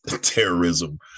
terrorism